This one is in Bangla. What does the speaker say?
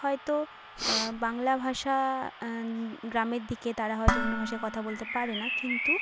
হয়তো বাংলা ভাষা গ্রামের দিকে তারা হয়তো অন্য ভাষায় কথা বলতে পারে না কিন্তু